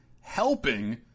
helping